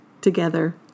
together